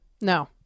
no